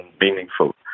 meaningful